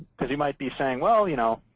because you might be saying, well, you know